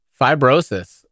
fibrosis